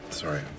sorry